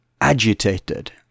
agitated